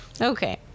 Okay